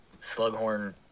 Slughorn